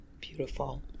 beautiful